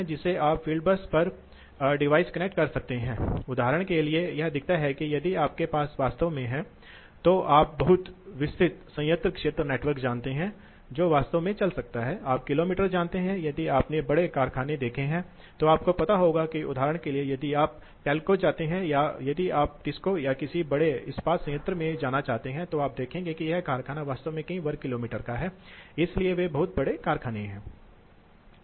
तो एक और बहुत ही सरल विधि है इसलिए ऑन ऑफ नियंत्रण सबसे सरल नियंत्रण है वहाँ चरण है तापमान में उतार चढ़ाव होने वाला है मूल रूप से प्रवाह में उतार चढ़ाव का कारण होगा तापमान में उतार चढ़ाव हो सकता है कभी कभी घरेलू अनुप्रयोगों के लिए इसका उपयोग किया जाता है आपके पास कम भार है और आपके पास एक बड़ी मात्रा है इसलिए यदि आप तो बहुत कुछ है आप थर्मल कैपेसिटेंस जानते हैं इसलिए कमरे की बड़ी मात्रा के कारण प्रवाह में थोड़ा बदलाव महसूस नहीं किया जाएगा